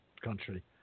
country